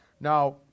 Now